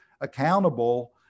accountable